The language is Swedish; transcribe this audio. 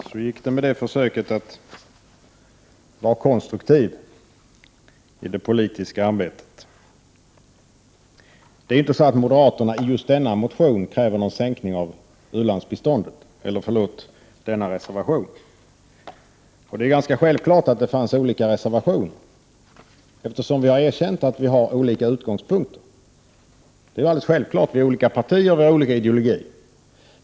Fru talman! Jaha — så gick det med det försöket att vara konstruktiv i det politiska arbetet! Det är inte så att moderaterna i just denna reservation kräver någon sänkning av u-landsbiståndet. Det är ganska självklart att det finns olika reservationer, eftersom vi har erkänt att vi har olika utgångspunkter — vi är olika partier och har olika ideologier.